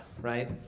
right